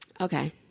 Okay